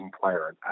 player